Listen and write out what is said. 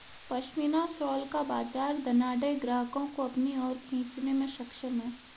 pashmina shawl का बाजार धनाढ्य ग्राहकों को अपनी ओर खींचने में सक्षम है